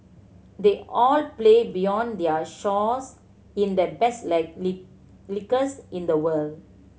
they all play beyond their shores in the best leagues in the world